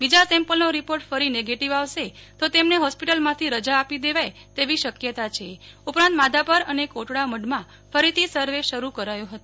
બીજો સેમ્પલનો રિપોર્ટ ફરી નેગેટીવ આવશે તો તેમને હોસ્પિટલમાંથી રજા આપી દેવાય તેવી શક્યતા છે ઉપરાંત માધાપર અને કોટડા મઢમાં ફરીથી સર્વે શરૂ કરાયો હતો